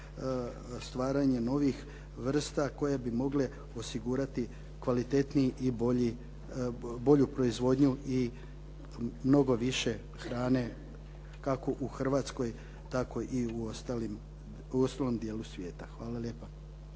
stvaranje novih vrsta koje bi mogle osigurati kvalitetniji i bolju proizvodnju i mnogo više hrane kako u Hrvatskoj tako i u ostalom dijelu svijeta. Hvala lijepa.